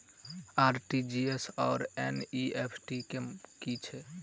RTGS आओर NEFT की छैक?